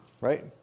right